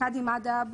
קאדים מדהב,